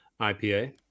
IPA